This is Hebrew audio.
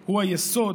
שהוא היסוד,